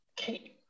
Okay